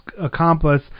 accomplice